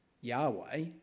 Yahweh